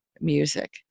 music